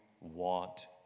want